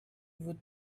would